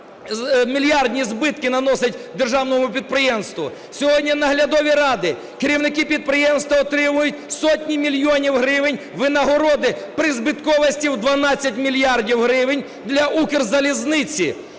мільярді збитки наносить державному підприємству? Сьогодні наглядові ради, керівники підприємства отримують сотні мільйонів гривень винагороди при збитковості в 12 мільярдів гривень для Укрзалізниці.